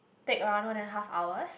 take around one and a half hours